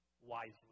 wisely